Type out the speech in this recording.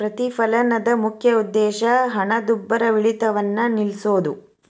ಪ್ರತಿಫಲನದ ಮುಖ್ಯ ಉದ್ದೇಶ ಹಣದುಬ್ಬರವಿಳಿತವನ್ನ ನಿಲ್ಸೋದು